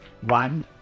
One